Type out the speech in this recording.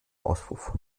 auspuff